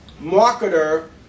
marketer